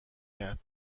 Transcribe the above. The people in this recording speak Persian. کرد